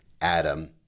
Adam